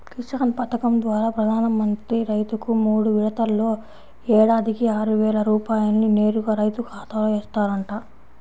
కిసాన్ పథకం ద్వారా ప్రధాన మంత్రి రైతుకు మూడు విడతల్లో ఏడాదికి ఆరువేల రూపాయల్ని నేరుగా రైతు ఖాతాలో ఏస్తారంట